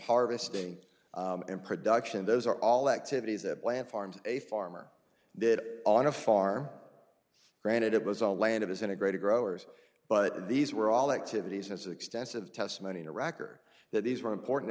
harvesting and production those are all activities that land farms a farmer did on a far granted it was a land of his integrated growers but these were all activities as extensive testimony in iraq or that these were important